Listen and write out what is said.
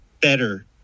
better